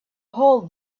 hole